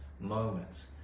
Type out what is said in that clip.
moments